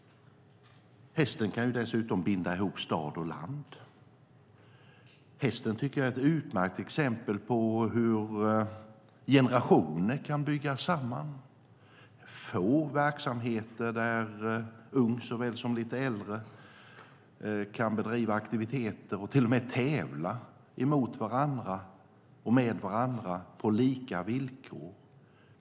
Hästen kan dessutom binda ihop stad och land. Jag tycker att hästen är ett utmärkt exempel på hur generationer kan byggas samman. Det finns få verksamheter där såväl ung som lite äldre kan bedriva aktiviteter och till och med tävla mot varandra och med varandra på lika villkor.